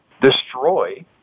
destroy